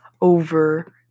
over